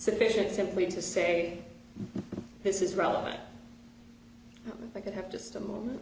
sufficient simply to say this is relevant i could have just a moment